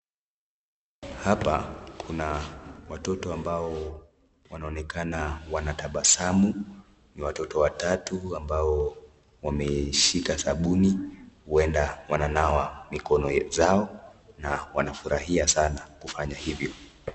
Hapa kuna watoto ambao wanaonekana wanatabasamu. Ni watoto watatu ambao wameshika sabuni, huenda wananawa mikono zao na wanafurahia sanaa kufanya hivo.